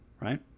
right